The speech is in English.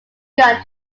begun